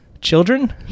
Children